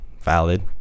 valid